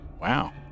wow